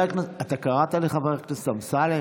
אתה קראת לחבר הכנסת אמסלם?